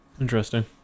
Interesting